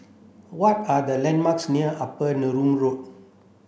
what are the landmarks near Upper Neram Road